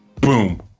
boom